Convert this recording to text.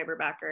cyberbacker